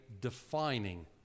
defining